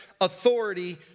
authority